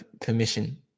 permission